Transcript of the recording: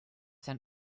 sent